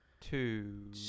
Two